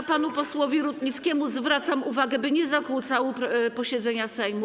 A panu posłowi Rutnickiemu zwracam uwagę, by nie zakłócał posiedzenia Sejmu.